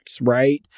right